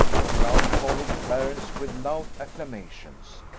the crowd followed clarence with loud acclamations.